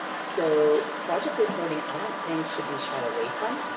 so project based learning i don't think should be shied away from.